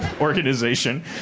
organization